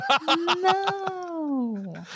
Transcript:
No